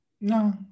No